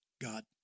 God